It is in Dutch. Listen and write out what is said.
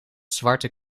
zwarte